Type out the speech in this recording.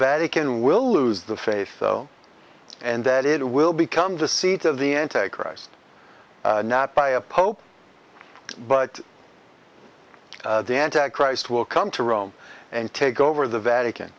vatican will lose the faith and that it will become the seat of the anti christ not by a pope but the anti christ will come to rome and take over the vatican